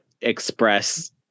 express